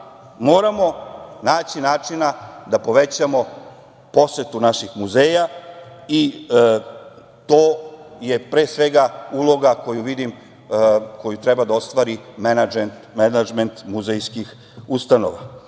moramo naći načina da povećamo posetu naših muzeja i to je, pre svega, uloga koju treba da ostvari menadžment muzejskih ustanova.